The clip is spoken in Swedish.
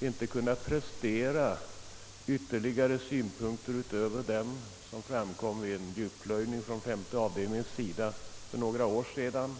inte kunna prestera ytterligare synpunkter utöver dem som framkom vid en djupplöjning från femte avdelningens sida för några år sedan.